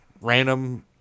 random